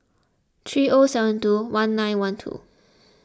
three O seven two one nine one two